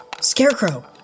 Scarecrow